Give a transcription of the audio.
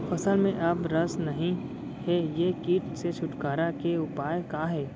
फसल में अब रस नही हे ये किट से छुटकारा के उपाय का हे?